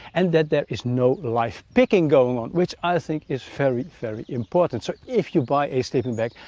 and that there is no live-picking going on, which i think is very, very important. so, if you buy a sleeping bag,